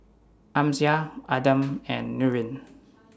Amsyar Adam and Nurin